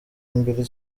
mbere